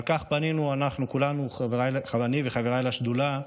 על כך פנינו אנחנו כולנו, אני וחבריי לשדולה,